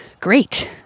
great